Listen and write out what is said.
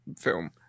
film